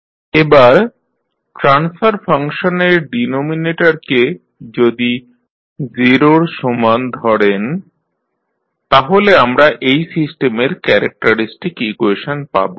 BD CadjsI ABsI ADsI A এবার transfer function এর ডিনোমিনেটরকে যদি 0 র সমান ধরেন তাহলে আমরা এই সিস্টেমের ক্যারেক্টারিস্টিক ইকুয়েশন পাব